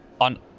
on